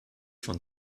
von